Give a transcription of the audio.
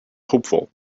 hopeful